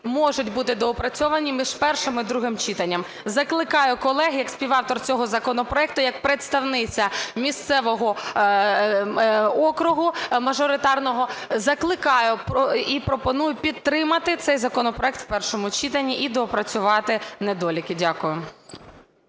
можуть бути доопрацьовані між першим і другим читанням. Закликаю колег, як співавтор цього законопроекту, як представниця місцевого округу, мажоритарного, закликаю і пропоную підтримати цей законопроект в першому читанні і доопрацювати недоліки. Дякую.